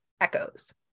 echoes